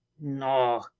no